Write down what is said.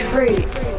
Fruits